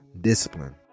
discipline